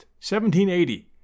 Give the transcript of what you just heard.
1780